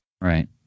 right